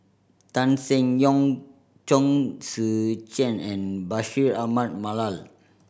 Tan Seng Yong Chong Tze Chien and Bashir Ahmad Mallal